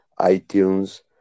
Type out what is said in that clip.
iTunes